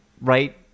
right